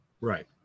Right